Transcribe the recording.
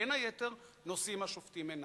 בין היתר, נושאים השופטים עיניים.